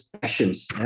passions